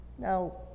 Now